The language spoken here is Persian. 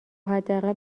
حداقل